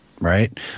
right